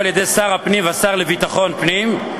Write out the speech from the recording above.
על-ידי שר הפנים והשר לביטחון פנים,